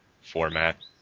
format